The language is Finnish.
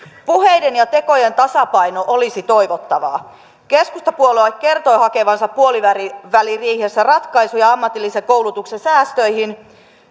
puheiden ja tekojen tasapaino olisi toivottavaa keskustapuolue kertoi hakevansa puoliväliriihessä ratkaisuja ammatillisen koulutuksen säästöihin